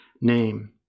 name